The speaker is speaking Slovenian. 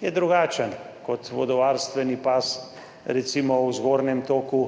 je drugačen kot vodovarstveni pas, recimo, v zgornjem toku